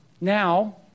Now